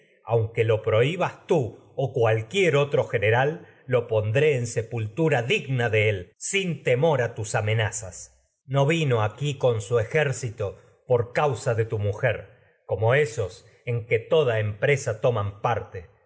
aunque en se lo prohibas tú cualquier otro general lo pondré sin temor por causa a pultura digna de él tus amenazas no vino aquí con que to su ejército de tu mujer como esos en toda empresa toman parte